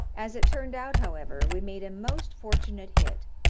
as it turned out, however, we made a most fortunate hit,